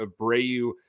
Abreu